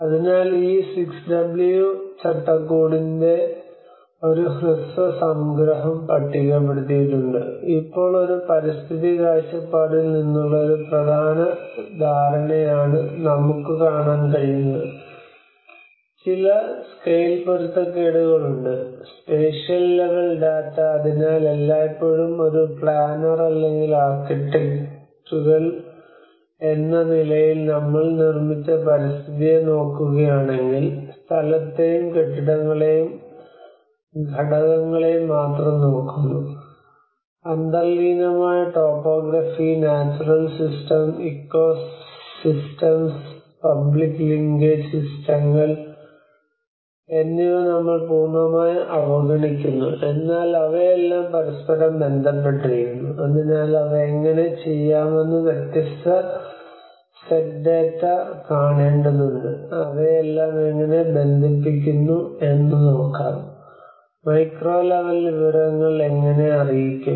അതിനാൽ ഈ 6w ചട്ടക്കൂടിന്റെ കാണേണ്ടതുണ്ട് അവയെല്ലാം എങ്ങനെ ബന്ധിപ്പിക്കുന്നു എന്നു നോക്കാം മൈക്രോ ലെവൽ വിവരങ്ങൾ എങ്ങനെ അറിയിക്കും